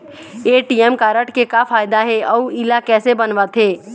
ATM card के का फायदा हे अऊ इला कैसे बनवाथे?